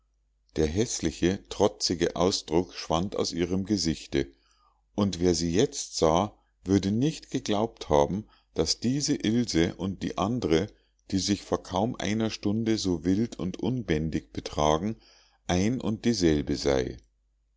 der häßliche trotzige ausdruck schwand aus ihrem gesichte und wer sie jetzt sah würde nicht geglaubt haben daß diese ilse und die andre die sich vor kaum einer stunde so wild und unbändig betragen ein und dieselbe sei